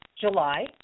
July